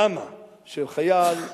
למה שחייל,